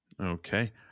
Okay